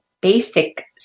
basic